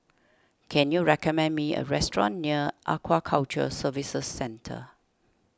can you recommend me a restaurant near Aquaculture Services Centre